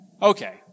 Okay